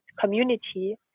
community